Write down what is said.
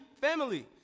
family